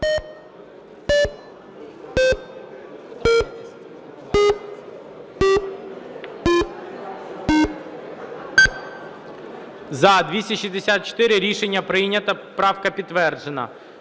За-264 Рішення прийнято. Правка підтверджена.